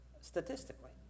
statistically